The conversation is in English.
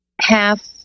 half